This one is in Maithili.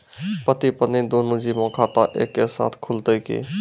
पति पत्नी दुनहु जीबो के खाता एक्के साथै खुलते की?